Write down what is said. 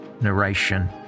Narration